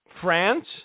France